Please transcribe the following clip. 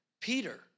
Peter